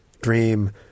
dream